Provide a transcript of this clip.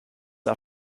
are